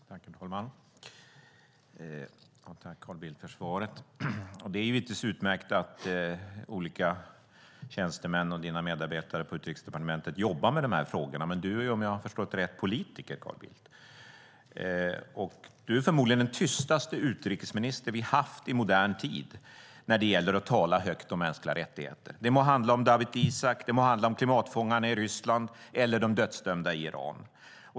Herr talman! Jag tackar Carl Bildt för svaret. Det är givetvis utmärkt att olika tjänstemän och dina medarbetare på Utrikesdepartementet jobbar med de här frågorna. Men du är ju, om jag har förstått rätt, politiker, Carl Bildt. Du är förmodligen den tystaste utrikesminister vi har haft i modern tid när det gäller att tala högt om mänskliga rättigheter - det må handla om Dawit Isaak, om klimatfångarna i Ryssland eller om de dödsdömda i Iran.